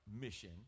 mission